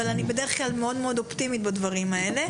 אבל אני בדרך כלל מאוד אופטימית בדברים האלה,